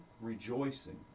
rejoicing